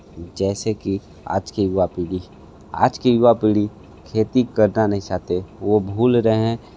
जैसे कि आज की युवा पीढ़ी आज की युवा पीढ़ी खेती करना नहीं चाहते वो भूल रहे हैं